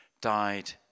died